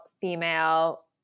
female